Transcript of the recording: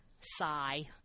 sigh